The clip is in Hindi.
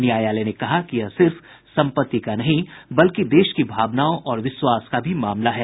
न्यायालय ने कहा कि यह सिर्फ संपत्ति का नहीं बल्कि देश की भावनाओं और विश्वास का भी मामला है